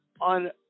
on